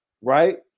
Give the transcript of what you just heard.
right